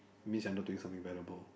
means you are not doing something valuable